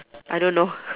I don't know